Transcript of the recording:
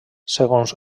segons